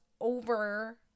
over